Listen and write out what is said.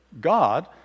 God